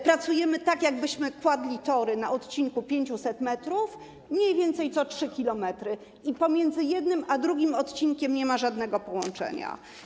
Pracujemy tak, jakbyśmy kładli tory na odcinku 500 m mniej więcej co 3 km i pomiędzy jednym a drugim odcinkiem nie ma żadnego połączenia.